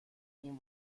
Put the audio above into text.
این